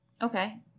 Okay